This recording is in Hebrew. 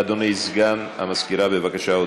אדוני סגן המזכירה, בבקשה.